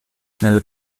nel